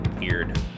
weird